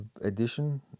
edition